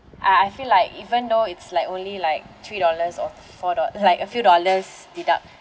uh I feel like even though it's like only like three dollars or four dol~ like a few dollars deduct